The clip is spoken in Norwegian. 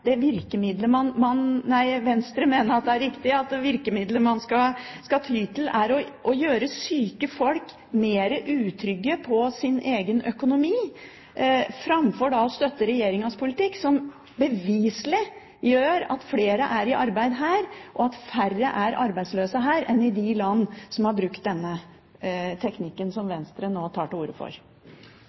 det virkemiddelet man skal ty til, er å gjøre syke folk mer utrygge på sin egen økonomi, framfor å støtte regjeringens politikk som beviselig gjør at flere er i arbeid, og at færre er arbeidsløse her enn i de landene som har brukt denne teknikken som Venstre nå tar til orde for?